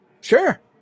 sure